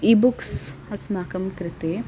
E books अस्माकं कृते